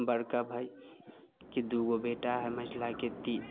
बड़का भाइके दुगो बेटा हइ मझिलाके तीन